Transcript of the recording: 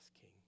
King